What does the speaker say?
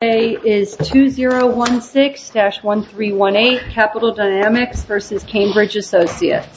it's two zero one six dash one three one eight capital dynamics versus cambridge associates